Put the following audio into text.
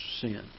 sin